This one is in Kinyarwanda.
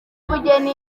ubugeni